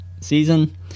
season